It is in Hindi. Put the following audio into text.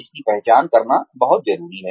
इसकी पहचान करना बहुत जरूरी है